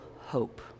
hope